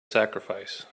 sacrifice